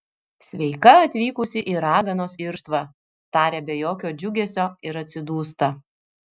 sveika atvykusi į raganos irštvą taria be jokio džiugesio ir atsidūsta